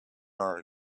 are